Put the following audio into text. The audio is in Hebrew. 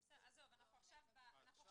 בסדר, אז 2